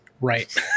right